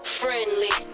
friendly